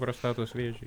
prostatos vėžiui